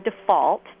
default